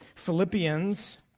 Philippians